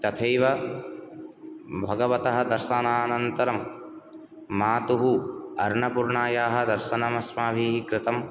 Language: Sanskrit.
तथैव भगवतः दर्शनानन्तरं मातुः अन्नपूर्णायाः दर्शनं अस्माभिः कृतं